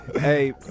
Hey